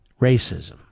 racism